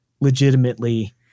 legitimately